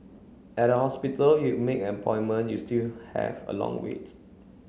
at a hospital you make an appointment you still have a long wait